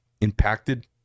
impacted